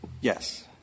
Yes